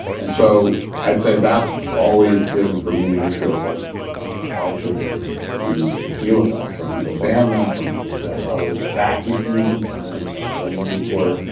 and so i'd say that's always been for me an issue of like how should we deal with that. some people ban them. some people say, oh, in the back you can use them because maybe you have a learning need for it.